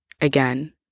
again